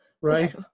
right